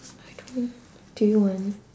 I don't know do you want